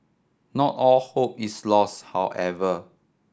not all hope is lost however